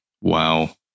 Wow